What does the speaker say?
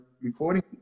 recording